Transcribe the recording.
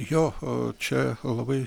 jo čia labai